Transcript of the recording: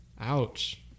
ouch